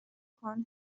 کنه